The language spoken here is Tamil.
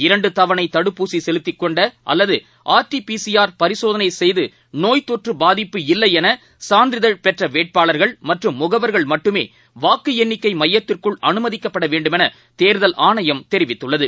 இரண்டு தவணை தடுப்பூசி செலுத்திக்கொண்ட அல்லது ஆர்டிபிசிஆர் பரிசோதனை செய்து நோய் தொற்று பாதிப்பு இல்லையென சான்றிதழ் பெற்ற வேட்பாளர்கள் மற்றும் முகவர்கள் மட்டுமே வாக்கு எண்ணிக்கை மையத்திற்குள் அனுமதிக்கப்பட வேண்டுமென தேர்தல் ஆணையம் தெரிவித்துள்ளது